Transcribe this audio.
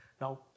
Now